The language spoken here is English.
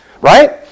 Right